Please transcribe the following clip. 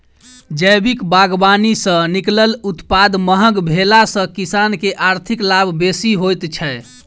जैविक बागवानी सॅ निकलल उत्पाद महग भेला सॅ किसान के आर्थिक लाभ बेसी होइत छै